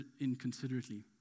inconsiderately